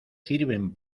sirven